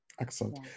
Excellent